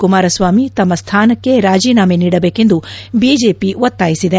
ಕುಮಾರಸ್ವಾಮಿ ತಮ್ಮ ಸ್ದಾನಕ್ಕೆ ರಾಜಿನಾಮೆ ನೀಡಬೇಕೆಂದು ಬಿಜೆಪಿ ಒತ್ತಾಯಿಸಿದೆ